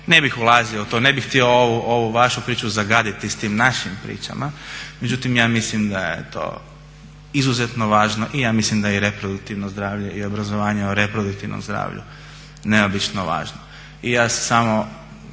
Ne bih ulazio u to, ne bi htio ovu vašu priču zagaditi s tim našim pričama međutim ja mislim da je to izuzetno važno i ja mislim da je i reproduktivno zdravlje i obrazovanje o reproduktivnom zdravlju neobično važno.